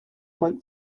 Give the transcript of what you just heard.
went